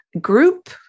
Group